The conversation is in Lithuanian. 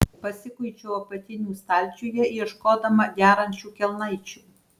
pasikuičiau apatinių stalčiuje ieškodama derančių kelnaičių